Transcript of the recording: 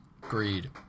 Greed